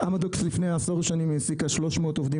לפני עשור שנים אמדוקס העסיקה 300 עובדים